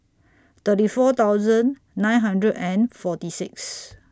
thirty four thousand nine hundred and forty six